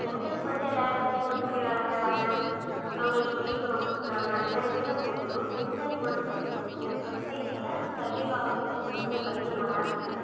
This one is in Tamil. பெண்களுக்கு வந்து எல்லா இடத்துலையும் உரிமை வழங்குகிறாங்க அவங்களுக்கு முக்கியத்துவம் கொடுக்குறாங்க அதெல்லாம் இருந்த போதிலும் பெண்களுக்கு வந்து இந்த சொசைட்டியில் சர்வேவாகிறது கொஞ்சம் கடினமாகதான் இருக்குது